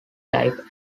life